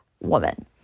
woman